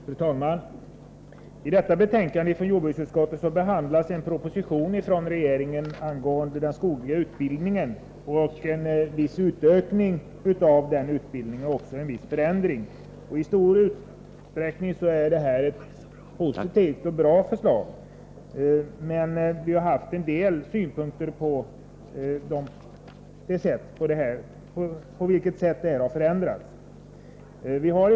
Fru talman! I detta betänkande från jordbruksutskottet behandlas en proposition från regeringen angående den skogliga utbildningen och en viss utökning och även en viss förändring av denna. I stor utsträckning är det ett positivt och bra förslag, men vi har haft en del synpunkter på det sätt på vilket förändringarna skett.